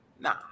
Nah